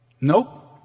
Nope